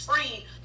free